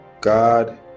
God